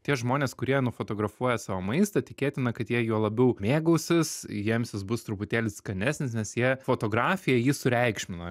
tie žmonės kurie nufotografuoja savo maistą tikėtina kad jie juo labiau mėgausis jiems jis bus truputėlį skanesnis nes jie fotografija jį sureikšmina